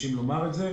מתביישים לומר את זה.